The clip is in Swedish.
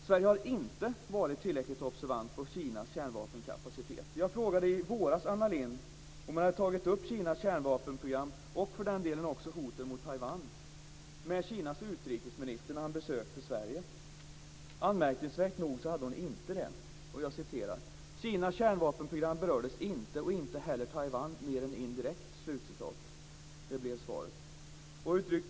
Sverige har inte varit tillräckligt observant på Kinas kärnvapenkapacitet. Jag frågade Anna Lindh i våras om hon hade tagit upp Kinas kärnvapenprogram - och för den delen också hoten mot Taiwan - med Kinas utrikesminister när han besökte Sverige. Anmärkningsvärt nog hade hon inte det. Jag citerar: "Kinas kärnvapenprogram berördes inte, och inte heller Taiwan, mer än indirekt." Så blev svaret.